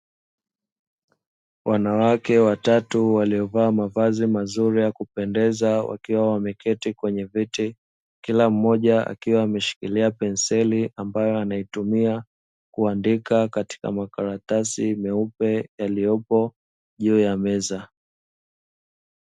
Wanawake watatu wakiwa wamevaa mavazi mazuri ya kupendeza, wakiwa wameketi kwenye viti kila mmoja akiwa ameshikilia penseli, ambayo anaitumia kuandika katika makaratasi meupe yaliyopo juu ya meza.